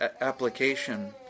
application